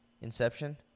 Inception